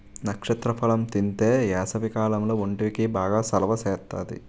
నక్షత్ర ఫలం తింతే ఏసవికాలంలో ఒంటికి బాగా సలవ సేత్తాది